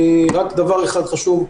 רק דבר אחד חשוב,